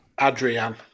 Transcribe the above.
Adrian